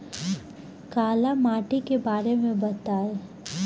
काला माटी के बारे में बताई?